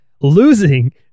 losing